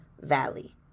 valley